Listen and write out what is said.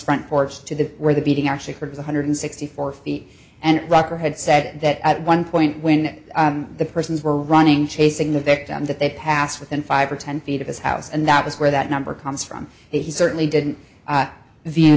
front porch to the where the beating actually forgot hundred sixty four feet and rocker had said that at one point when the persons were running chasing the victim that they passed within five or ten feet of his house and that was where that number comes from he certainly didn't view